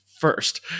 first